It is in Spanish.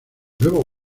nuevo